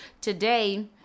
today